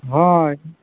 ᱦᱳᱭ